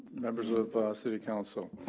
bmembers of the city council.